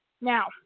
Now